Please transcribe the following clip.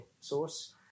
Source